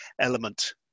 element